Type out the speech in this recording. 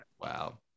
wow